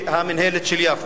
והמינהלת של יפו.